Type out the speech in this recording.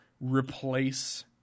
replace